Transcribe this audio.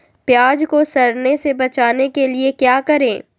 प्याज को सड़ने से बचाने के लिए क्या करें?